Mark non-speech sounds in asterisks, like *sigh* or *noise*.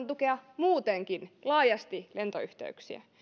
*unintelligible* tukea muutenkin laajasti lentoyhteyksiä